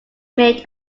made